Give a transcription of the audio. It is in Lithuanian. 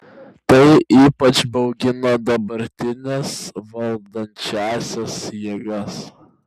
tai ypač baugina dabartines valdančiąsias jėgas